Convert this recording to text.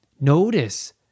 Notice